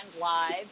live